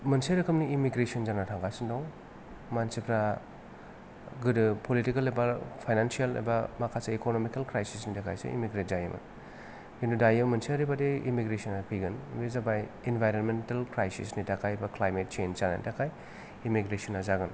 मोनसे रोखोमनि इमिग्रेसन जानो थांगासिनो दं मानसिफ्रा पलिटिकेल एबा फाइनानिचियेल एबा माखासे इक'न'मिकेल क्रायसिसनि थाखायसो इमिग्रेट जायोमोन किन्तु दायो मोनसे ओरैबादि इमिग्रेसनआ फैगोन बे जाबाय इनभायर'मेन्टेल क्रायसिस नि थाखाय बा क्लायमेट सेन्ज जानायनि थाखाय इमिग्रेसनआ जागोन